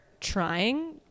trying